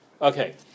Okay